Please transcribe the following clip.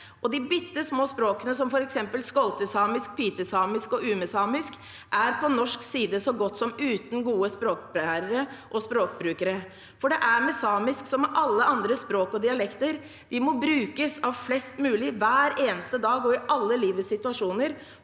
de bitte små språkene, som f.eks. skoltesamisk, pitesamisk og umesamisk, er på norsk side så godt som uten gode språkbærere og språkbrukere. For det er med samisk som med alle andre språk og dialekter – det må brukes av flest mulig hver eneste dag og i alle livets situasjoner